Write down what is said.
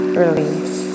release